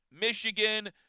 Michigan